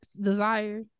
desire